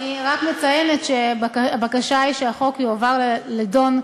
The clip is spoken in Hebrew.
אני רק מציינת שהבקשה היא שהחוק יועבר להידון,